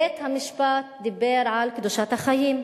בית-המשפט דיבר על קדושת החיים.